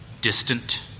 distant